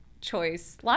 Choice